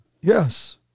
Yes